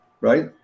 right